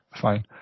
fine